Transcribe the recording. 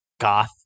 goth